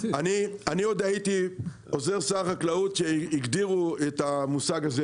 אני עוד הייתי עוזר שר החקלאות כשהגדירו את המושג הזה,